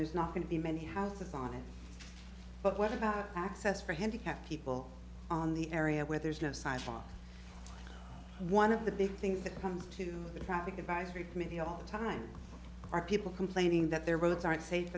there's not going to be many houses on it but what about access for handicapped people on the area where there's no sign one of the big things that comes to the traffic advisory committee all the time are people complaining that their roads aren't safe